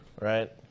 Right